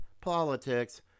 politics